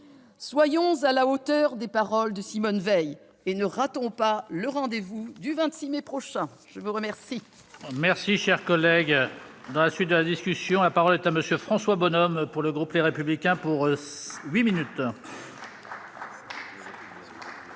Soyons à la hauteur des paroles de Simone Veil et ne ratons pas le rendez-vous du 26 mai prochain ! La parole